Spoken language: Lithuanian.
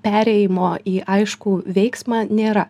perėjimo į aiškų veiksmą nėra